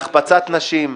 בהחפצת נשים,